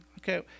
Okay